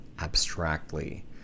abstractly